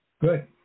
Good